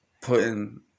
putting